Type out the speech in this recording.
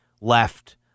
left